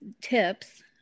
tips